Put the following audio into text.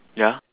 ya